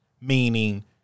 meaning